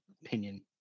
opinion